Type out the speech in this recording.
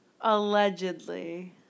Allegedly